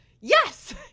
yes